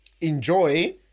enjoy